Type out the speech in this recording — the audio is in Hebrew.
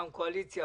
פעם קואליציה,